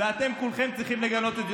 ואתם כולכם צריכים לגנות את זה.